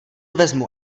vezmu